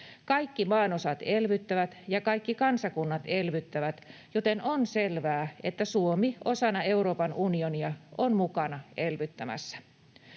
Kaikki maanosat elvyttävät ja kaikki kansakunnat elvyttävät, joten on selvää, että Suomi osana Euroopan unionia on mukana elvyttämässä.